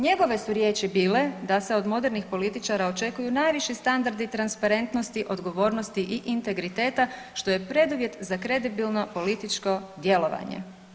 Njegove su riječi bile da se od modernih političara očekuju najviši standardi transparentnosti, odgovornosti i integriteta što je preduvjet za kredibilno političko djelovanje.